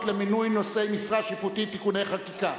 למינוי נושאי משרה שיפוטית (תיקוני חקיקה):